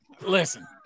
Listen